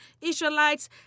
Israelites